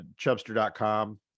chubster.com